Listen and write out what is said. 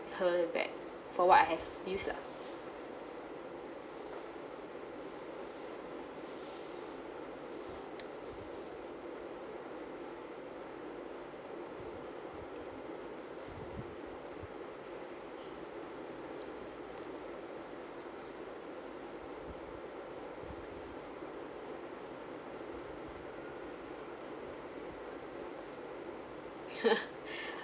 her back for what I have use lah